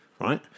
right